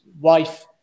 wife